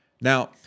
Now